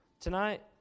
Tonight